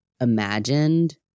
imagined